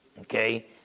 okay